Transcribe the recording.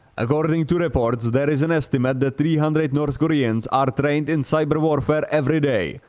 according to reports, there is an estimate that three hundred north koreans are trained in cyber warfare everyday,